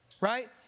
right